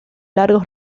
largos